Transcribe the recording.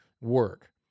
work